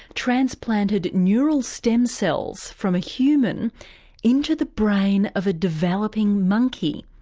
transplanted neural stem cells from a human into the brain of a developing monkey.